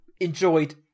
enjoyed